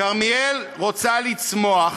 כרמיאל רוצה לצמוח